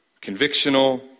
convictional